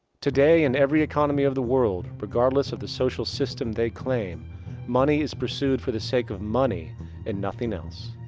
today, in every economy of the world regardless of the social system they claim money is pursued for the sake of money and nothing else.